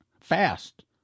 Fast